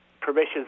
permissions